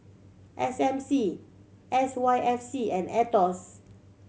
S M C S Y F C and Aetos